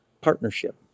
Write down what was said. Partnership